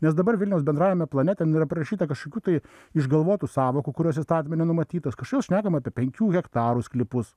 nes dabar vilniaus bendrajame plane ten yra prirašyta kažkokių tai išgalvotų sąvokų kurios įstatyme nenumatytos kažkodėl šnekama apie penkių hektarų sklypus